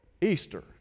Easter